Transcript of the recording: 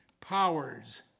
powers